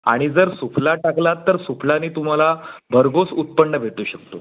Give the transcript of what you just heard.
आणि जर सुफला टाकला तर सुफलाने तुम्हाला भरघोस उत्पन्न भेटू शकतो